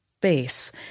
base